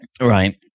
Right